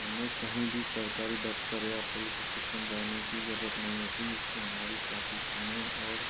हमें कहीं भी सरकारी दफ्तर या पुलिस स्टेशन जाने की जरुरत नहीं होती जिससे हमारी काफ़ी समय और